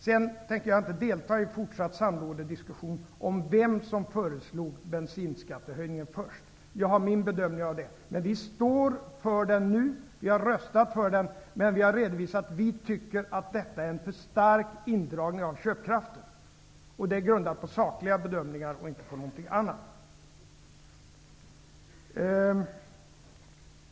Sedan tänker jag inte delta i en fortsatt sandlådediskussion om vem det var som först föreslog bensinskattehöjningen. Jag har min bedömning. Vi står för det här nu, och vi har röstat för det. Men vi har redovisat att vi tycker att det blir en för stark indragning av köpkraften. Detta är grundat på sakliga bedömningar och ingenting annat.